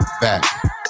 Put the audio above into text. Back